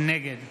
נגד